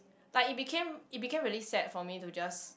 like it became it became really sad for me to just